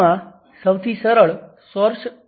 આ કેસ ખૂબ જ સરળ છે